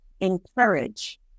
encourage